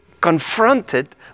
confronted